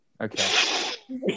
okay